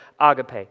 agape